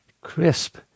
crisp